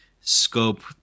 scope